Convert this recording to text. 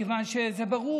מכיוון שזה ברור.